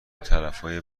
طرفای